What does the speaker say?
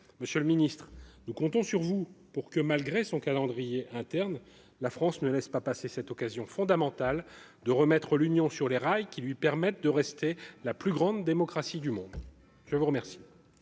Monsieur le ministre, nous comptons sur vous pour que, malgré son calendrier interne, la France ne laisse pas passer cette occasion fondamentale de remettre l'Union européenne sur les rails lui permettant de rester la plus grande démocratie du monde. Nous en